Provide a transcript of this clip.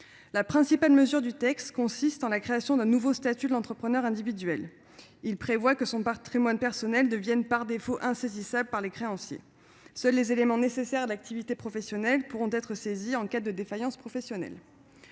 La principale mesure du texte consiste en la création d'un nouveau statut de l'entrepreneur individuel, aux termes duquel le patrimoine personnel devient par défaut insaisissable par les créanciers. Seuls les éléments nécessaires à l'activité professionnelle pourront être saisis en cas de défaillance. Compte tenu de